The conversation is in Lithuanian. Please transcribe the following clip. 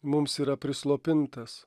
mums yra prislopintas